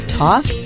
talk